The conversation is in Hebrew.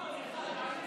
לא.